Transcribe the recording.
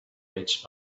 veig